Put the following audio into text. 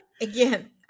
Again